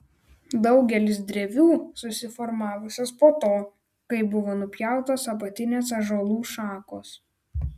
daugelis drevių susiformavusios po to kai buvo nupjautos apatinės ąžuolų šakos